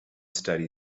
study